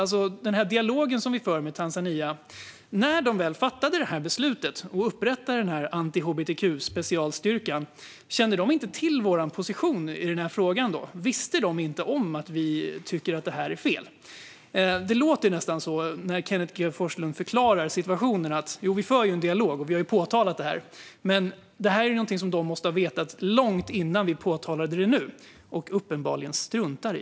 Kände de inte till vår position i frågan när de fattade beslutet och upprättade anti-hbtq-specialstyrkan? Visste de inte att vi tycker att detta är fel? Det låter nästan så när Kenneth G Forslund förklarar situationen med att en dialog förs och att det har påtalats. Men detta är ju något som de måste ha vetat långt innan vi påtalade det och som de uppenbarligen struntar i.